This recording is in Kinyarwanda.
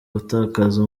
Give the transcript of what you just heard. gutakaza